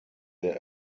der